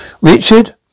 Richard